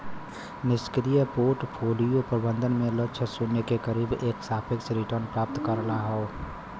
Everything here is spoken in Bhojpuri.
निष्क्रिय पोर्टफोलियो प्रबंधन में लक्ष्य शून्य के करीब एक सापेक्ष रिटर्न प्राप्त करना हौ